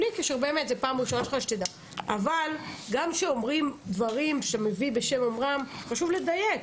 אבל גם כשאומרים דברים שמביא בשם אמרם חשוב לדייק,